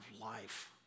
life